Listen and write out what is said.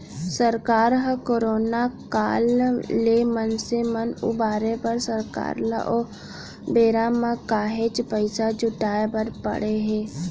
सरकार ह करोना काल ले मनसे मन उबारे बर सरकार ल ओ बेरा म काहेच पइसा जुटाय बर पड़े हे